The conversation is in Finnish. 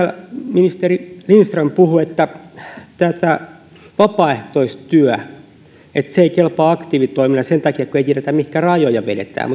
ministeri lindström puhui että vapaaehtoistyö ei kelpaa aktiivitoimena sen takia kun ei tiedetä mihinkä rajoja vedetään